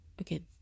okay